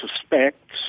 suspects